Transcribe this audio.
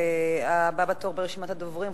הבא בתור ברשימת הדוברים,